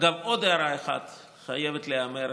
אגב, עוד הערה אחת חייבת להיאמר.